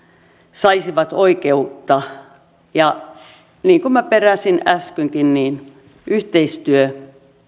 saisivat oikeutta ja niin kuin minä peräsin äskenkin yhteistyö